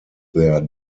their